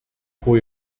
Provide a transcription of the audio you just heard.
von